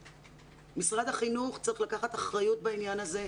משרד החינוך צריך לקחת אחריות בעניין הזה.